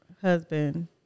husband